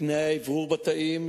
תנאי האוורור בתאים,